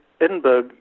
Edinburgh